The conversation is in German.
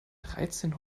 dreizehn